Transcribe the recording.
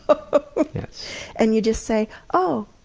ah ah and you just say, oh,